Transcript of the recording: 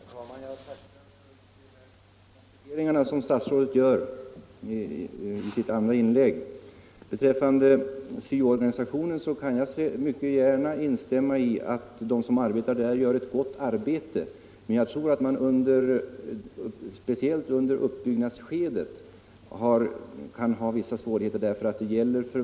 Herr talman! Jag tackar för de kompletteringar som statsrådet gjorde i sitt andra inlägg. När det gäller SYO-organisationen kan jag instämma i att de som arbetar inom denna gör en god insats. Men jag tror att man speciellt under uppbyggnadsskedet kan ha vissa svårigheter.